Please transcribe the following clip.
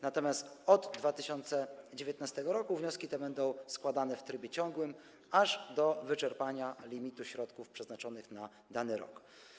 Natomiast od 2019 r. wnioski te będą składane w trybie ciągłym aż do wyczerpania limitu środków przeznaczonych na dany rok.